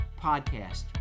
podcast